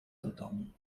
tothom